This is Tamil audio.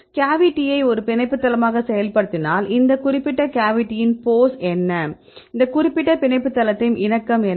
கேவிட்டியை ஒரு பிணைப்பு தளமாக செயல்படுத்தினால் இந்த குறிப்பிட்ட கேவிட்டியின் போஸ் என்ன அந்த குறிப்பிட்ட பிணைப்பு தளத்தின் இணக்கம் என்ன